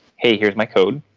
hey, here is my code.